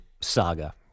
saga